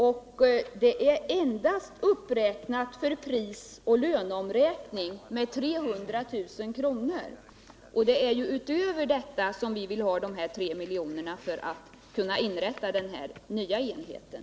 Anslaget är endast uppräknat för pris och löneökningar med 300 000 kr., men det är utöver detta vi vill ha 3 miljoner för att kunna inrätta den här nya enheten.